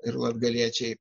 ir latgaliečiai